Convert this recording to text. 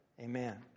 Amen